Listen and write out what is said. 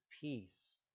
peace